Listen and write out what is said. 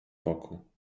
boku